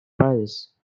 prices